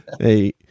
Hey